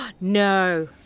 No